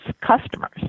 customers